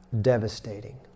devastating